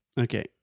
Okay